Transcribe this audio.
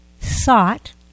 sought